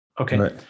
Okay